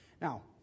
Now